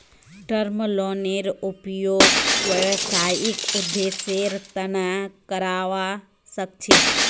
term लोनेर उपयोग व्यावसायिक उद्देश्येर तना करावा सख छी